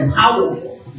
powerful